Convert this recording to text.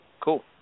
Cool